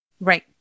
Right